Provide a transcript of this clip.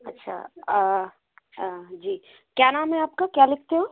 अच्छा जी क्या नाम है आप का क्या लिखते हो